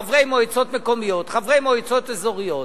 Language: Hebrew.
חברי מועצות מקומיות, חברי מועצות אזוריות,